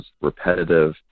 repetitive